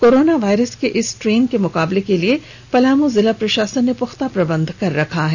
corona virus के इस strain से मुकाबले के लिए पलामू जिला प्रशासन ने पुख्ता प्रबंध कर रखा है